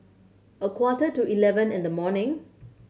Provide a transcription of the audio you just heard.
a quarter to eleven in the morning